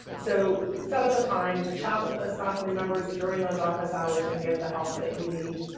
so set up a time to chat with those faculty members during those office hours and get the help that you need.